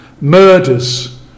murders